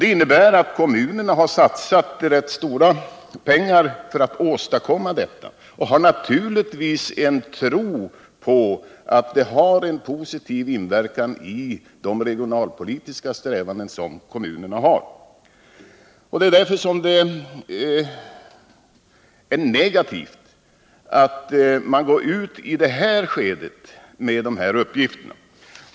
Det innebär att kommunerna har satsat rätt stora pengar för att åstadkomma detta och naturligtvis hyser en tro på att det har en positiv inverkan när det gäller kommunernas regionalpolitiska strävanden. Därför är det negativt att man i detta skede går ut med de här uppgifterna.